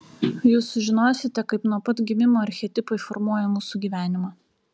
jūs sužinosite kaip nuo pat gimimo archetipai formuoja mūsų gyvenimą